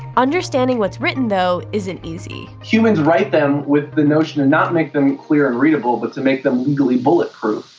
understanding what's written, though, isn't easy. humans write them with the notion to not make them clear and readable, but to make them legally bulletproof.